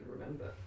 remember